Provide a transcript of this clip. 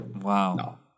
wow